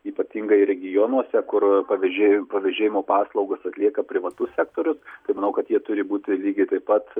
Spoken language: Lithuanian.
ypatingai regionuose kur pavėžė pavėžėjimo paslaugas atlieka privatus sektorius tai manau kad jie turi būti lygiai taip pat